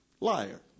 liar